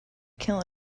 kill